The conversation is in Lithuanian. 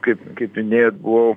kaip kaip minėjot buvau